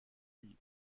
weed